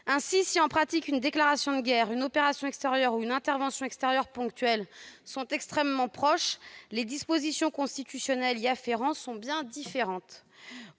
Ainsi, si en pratique une déclaration de guerre, une opération extérieure ou une intervention extérieure ponctuelle sont extrêmement proches, les dispositions constitutionnelles y afférentes sont bien différentes.